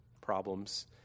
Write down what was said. problems